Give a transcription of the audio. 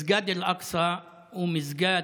מסגד אל-אקצא הוא מסגד,